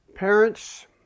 Parents